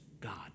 God